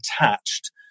attached